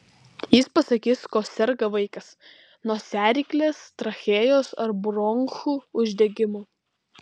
jis pasakys kuo serga vaikas nosiaryklės trachėjos ar bronchų uždegimu